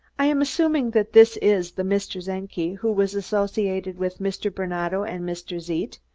i am assuming that this is the mr. czenki who was associated with mr. barnato and mr. zeidt?